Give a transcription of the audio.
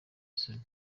isoni